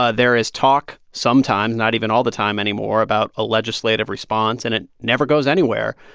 ah there is talk sometimes not even all the time anymore about a legislative response, and it never goes anywhere.